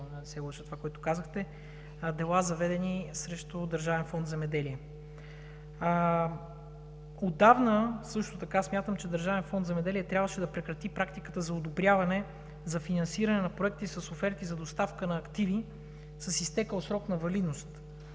се лъжа, това, което казахте, заведени дела срещу Държавен фонд „Земеделие“. Отдавна също така смятам, че Държавен фонд „Земеделие“ трябваше да прекрати практиката за одобряване за финансиране на проекти с оферти за доставка на активи с изтекъл срок на валидност